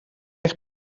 eich